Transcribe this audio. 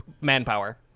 manpower